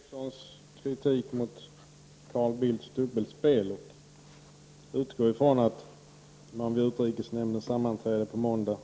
Herr talman! Jag uppskattar Sture Ericsons kritik mot Carl Bildts dubbelspel. Jag utgår från att man vid utrikesnämndens sammanträde på måndag